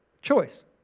Choice